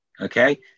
Okay